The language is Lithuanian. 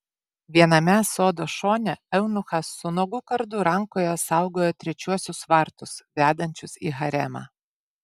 viename sodo šone eunuchas su nuogu kardu rankoje saugojo trečiuosius vartus vedančius į haremą